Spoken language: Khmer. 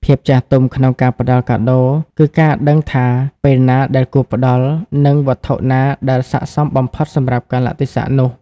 ភាពចាស់ទុំក្នុងការផ្ដល់កាដូ គឺការដឹងថាពេលណាដែលគួរផ្ដល់ និងវត្ថុណាដែលស័ក្តិសមបំផុតសម្រាប់កាលៈទេសៈនោះ។